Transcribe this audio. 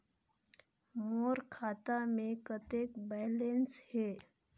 मोर खाता मे कतेक बैलेंस हे?